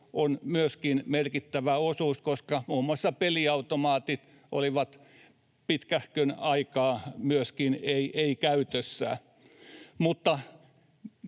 on merkittävä osuus, koska myöskin muun muassa peliautomaatit olivat pitkähkön aikaa pois käytöstä,